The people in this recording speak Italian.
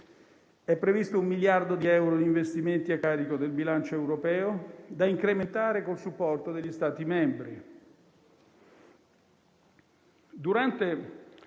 È previsto un miliardo di euro in investimenti a carico del bilancio europeo da incrementare col supporto degli Stati membri.